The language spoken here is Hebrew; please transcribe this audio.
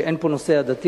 היא שאין פה נושא עדתי,